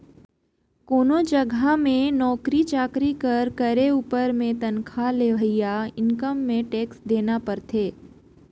कोनो जगहा में नउकरी चाकरी कर करे उपर में तनखा ले होवइया इनकम में टेक्स देना परथे